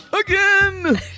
again